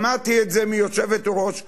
שמעתי את זה מיושבת-ראש האופוזיציה.